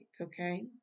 Okay